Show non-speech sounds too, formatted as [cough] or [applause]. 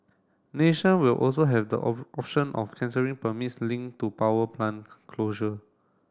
nation will also have the [unintelligible] option of cancelling permits link to power plant closure